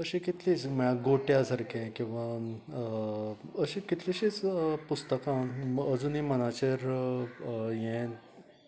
अशी कितलींच गोट्या सारके किंवां अशें कितलिशींच पुस्तकां अजूनी मनांचेक हे